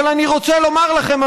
אבל אני רוצה לומר לכם,